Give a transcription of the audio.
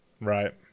Right